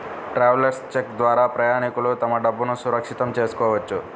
travellers cheque ద్వారా ప్రయాణికులు తమ డబ్బులును సురక్షితం చేసుకోవచ్చు